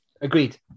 Agreed